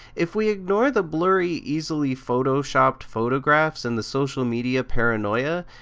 if we ignore the blurry easily photoshopped photographs and the social media paranoia,